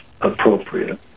appropriate